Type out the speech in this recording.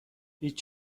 هیچ